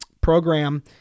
program